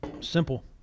Simple